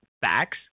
facts